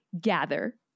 gather